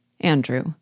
ANDREW